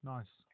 Nice